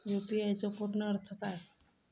UPI चो पूर्ण अर्थ काय?